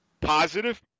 positive